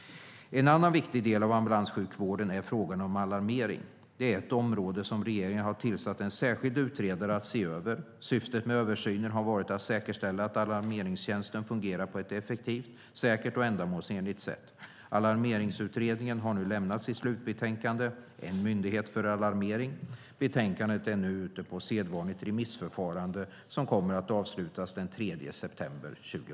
En annan viktig del av ambulanssjukvården är frågan om alarmering. Det är ett område som regeringen har tillsatt en särskild utredare att se över . Syftet med översynen har varit att säkerställa att alarmeringstjänsten fungerar på ett effektivt, säkert och ändamålsenligt sätt. Alarmeringsutredningen har nu lämnat sitt betänkande En myndighet för alarmering . Betänkandet är nu ute på sedvanligt remissförfarande som kommer att avslutas den 3 september 2013.